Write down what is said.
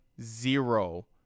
zero